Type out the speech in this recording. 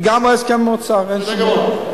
אין שום בעיה.